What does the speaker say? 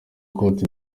côte